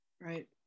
right